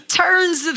turns